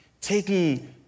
taking